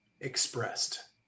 expressed